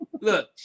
look